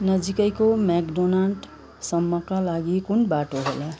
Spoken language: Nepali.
नजिकैको म्याकडोनान्डसम्मका लागि कुन बाटो होला